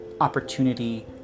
opportunity